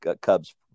Cubs